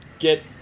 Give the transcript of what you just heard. Get